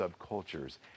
subcultures